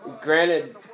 Granted